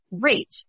great